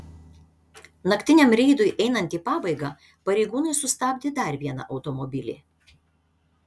naktiniam reidui einant į pabaigą pareigūnai sustabdė dar vieną automobilį